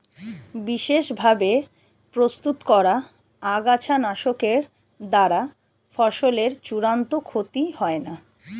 বিশেষ ভাবে প্রস্তুত করা আগাছানাশকের দ্বারা ফসলের চূড়ান্ত ক্ষতি হয় না